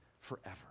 forever